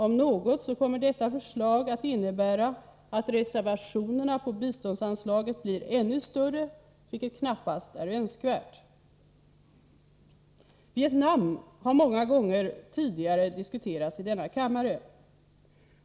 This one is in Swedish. Om något, så kommer detta förslag att innebära att reservationerna på biståndsanslaget blir ännu större, vilket knappast är önskvärt. Vietnam har många gånger tidigare diskuterats i denna kammare.